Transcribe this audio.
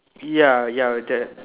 ya ya that